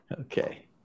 Okay